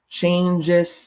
changes